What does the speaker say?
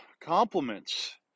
compliments